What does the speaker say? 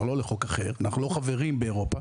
ולא לחוק אחר אנחנו לא חברים באירופה,